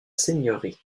seigneurie